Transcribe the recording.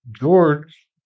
George